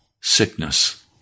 sickness